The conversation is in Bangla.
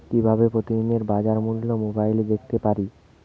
কিভাবে প্রতিদিনের বাজার মূল্য মোবাইলে দেখতে পারি?